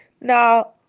Now